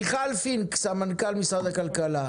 מיכל פינק, סמנכ"ל משרד הכלכלה.